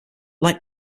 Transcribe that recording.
like